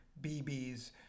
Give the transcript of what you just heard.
BBs